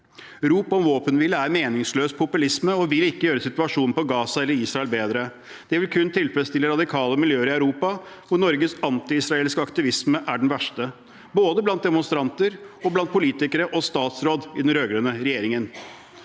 Rop om våpenhvile er meningsløs populisme og vil ikke gjøre situasjonen på Gaza eller i Israel bedre. Det vil kun tilfredsstille radikale miljøer i Europa, og Norges antiisraelske aktivisme er den verste, både blant demonstranter, politikere og statsråder i den rød-grønne regjeringen.